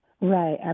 Right